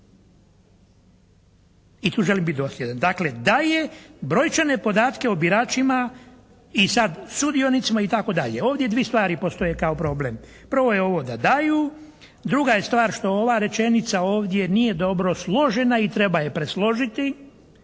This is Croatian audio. i tu želim biti dosljedan. Dakle, daje brojčane podatke o biračima i sad sudionicima itd. Ovdje dvi stvari postoje kao problem. Prvo je ovo da daju, druga je stvar što ova rečenica ovdje nije dobro složena i treba je presložiti,